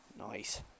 Nice